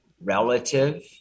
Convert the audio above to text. relative